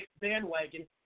bandwagon